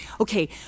okay